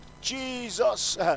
Jesus